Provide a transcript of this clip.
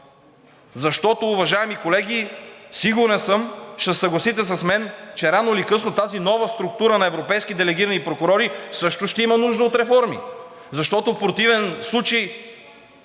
Защото, уважаеми колеги, сигурен съм, ще се съгласите с мен, че рано или късно тази нова структура на европейски делегирани прокурори също ще има нужда от реформи. Защото, в противен случай,